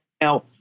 Now